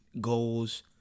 goals